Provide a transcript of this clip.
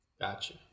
Gotcha